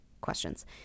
questions